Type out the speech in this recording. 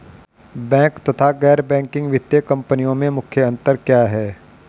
Bank तथा गैर banking वित्तीय कंपनियों में मुख्य अंतर क्या है?